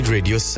Radio